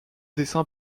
dessin